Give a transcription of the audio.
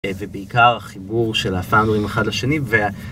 ובעיקר חיבור של הפאונדורים אחד לשני.